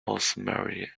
rosemary